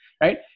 right